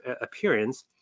appearance